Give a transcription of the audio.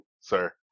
sir